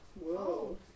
Whoa